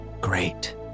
Great